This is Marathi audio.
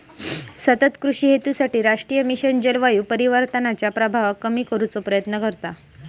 सतत कृषि हेतूसाठी राष्ट्रीय मिशन जलवायू परिवर्तनाच्या प्रभावाक कमी करुचो प्रयत्न करता